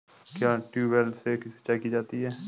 क्या ट्यूबवेल से सिंचाई की जाती है?